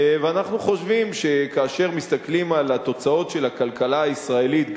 ואנחנו חושבים שכאשר מסתכלים על התוצאות של הכלכלה הישראלית,